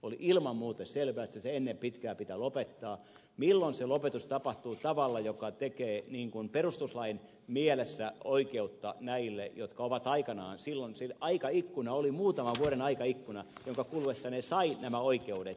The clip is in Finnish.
oli ilman muuta selvää että se ennen pitkää pitää lopettaa tavalla joka tekee niin kuin perustuslain mielessä oikeutta näille jotka ovat aikanaan silloin oikeudet saaneet oli muutaman vuoden aikaikkuna jonka kuluessa ne saivat nämä oikeudet